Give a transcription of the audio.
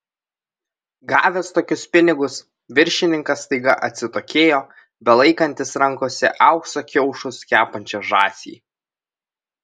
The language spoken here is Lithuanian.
gavęs tokius pinigus viršininkas staiga atsitokėjo belaikantis rankose aukso kiaušus kepančią žąsį